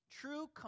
true